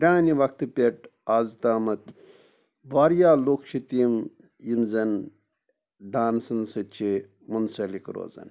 پرٛانہِ وقتہٕ پٮ۪ٹھ آز تامَتھ واریاہ لُکھ چھِ تِم یِم زَن ڈانسَن سۭتۍ چھِ مُنسَلک روزان